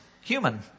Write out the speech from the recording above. human